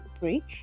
break